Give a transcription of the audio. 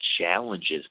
challenges